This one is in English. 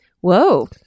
whoa